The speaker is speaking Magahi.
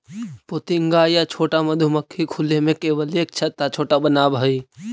पोतिंगा या छोटा मधुमक्खी खुले में केवल एक छत्ता छोटा बनावऽ हइ